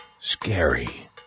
scary